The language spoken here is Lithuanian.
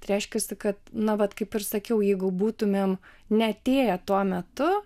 reiškiasi kad na vat kaip ir sakiau jeigu būtumėm neatėję tuo metu